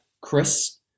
Chris